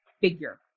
figure